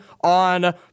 on